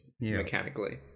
mechanically